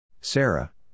Sarah